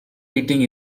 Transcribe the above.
eating